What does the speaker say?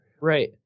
Right